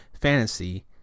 Fantasy